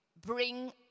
bring